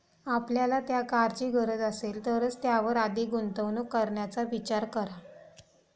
आपल्याला त्या कारची गरज असेल तरच त्यावर अधिक गुंतवणूक करण्याचा विचार करा